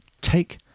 take